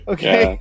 Okay